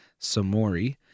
Samori